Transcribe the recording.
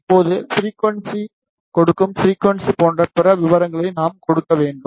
இப்போது ஃபிரிக்குவன்ஸி கொடுக்கும் ஃபிரிக்குவன்ஸி போன்ற பிற விவரங்களை நாம் கொடுக்க வேண்டும்